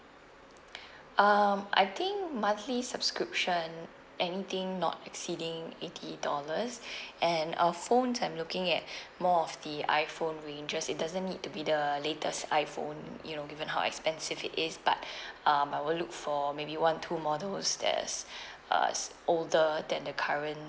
um I think monthly subscription anything not exceeding eighty dollars and uh phones I'm looking at more of the iphone ranges it doesn't need to be the latest iphone you know given how expensive it is but um I will look for maybe one two models that's uh s~ older than the current